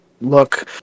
look